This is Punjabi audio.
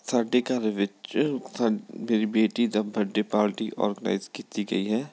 ਸਾਡੇ ਘਰ ਵਿੱਚ ਸਾਡ ਮੇਰੀ ਬੇਟੀ ਦਾ ਬਰਡੇ ਪਾਰਟੀ ਔਰਗਨਾਈਜ ਕੀਤੀ ਗਈ ਹੈ